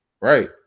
Right